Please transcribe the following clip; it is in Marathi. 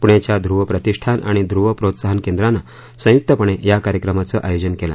पुण्याच्या ध्रुव प्रतिष्ठान आणि ध्रुव प्रोत्साहन केंद्रानं संयुक्तपणे या कार्यक्रमाचं आयोजन केलं